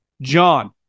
John